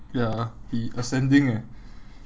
ya he ascending eh